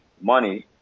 money